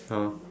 ah